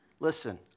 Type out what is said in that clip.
Listen